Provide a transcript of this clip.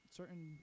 certain